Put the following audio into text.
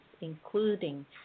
including